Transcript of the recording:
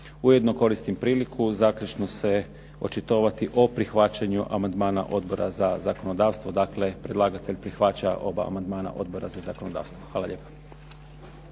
Ujedno koristim priliku zaključno se očitovati o prihvaćanju amandmana Odbora za zakonodavstvo, dakle predlagatelj prihvaća oba amandmana Odbora za zakonodavstvo. Hvala lijepo.